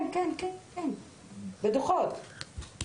כן, בדוחות.